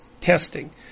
testing